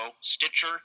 Stitcher